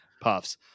puffs